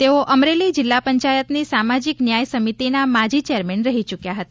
તેઓ અમરેલી જિલ્લા પંચાયતની સામાજીક ન્યાય સમિતિના માજી ચેરમેન રહી ચૂક્યા હતા